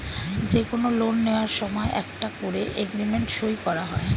যে কোনো লোন নেয়ার সময় একটা করে এগ্রিমেন্ট সই করা হয়